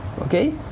okay